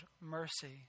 mercy